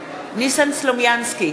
ניסן סלומינסקי,